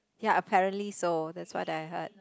ya apparently so that's what I heard